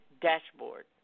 dashboard